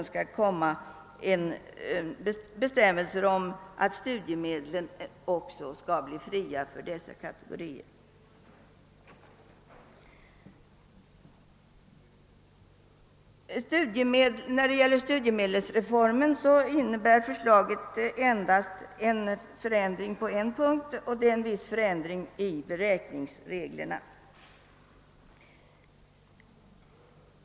Bestämmelser om att studiemedlen skall bli fria för dessa kategorier har också aviserats. Förslaget beträffande studiemedelsförordningen innebär en förändring endast på den punkt som gäller beräkningsreglerna.